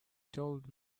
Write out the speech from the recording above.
told